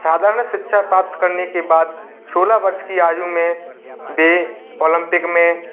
साधारण शिक्षा प्राप्त करने के बाद सोलह वर्ष की आयु में वे ओलम्पिक में